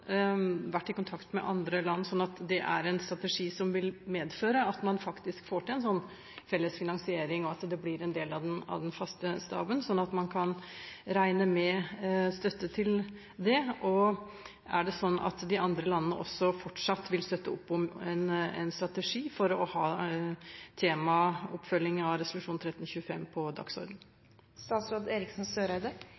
vært i kontakt med andre land, sånn at det er en strategi som vil medføre at man faktisk får til en felles finansiering, og at det blir en del av den faste staben, så man kan regne med støtte til det? Og er det sånn at de andre landene fortsatt vil støtte opp om en strategi for å ha temaet om oppfølging av resolusjon 1325 på